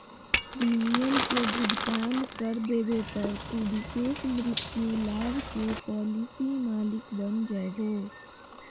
premium के भुगतान कर देवे पर, तू विशेष मृत्यु लाभ के पॉलिसी मालिक बन जैभो